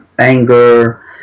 Anger